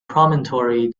promontory